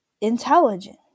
intelligent